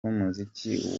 b’umuziki